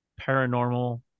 paranormal